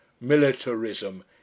militarism